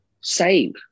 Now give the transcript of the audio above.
save